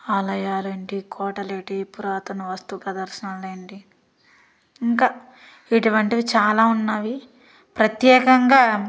ఆలయాలేంటి కోటలేటి పురాతన వస్తు ప్రదర్శనలేంటి ఇంకా ఇటువంటివి చాలా ఉన్నవి ప్రత్యేకంగా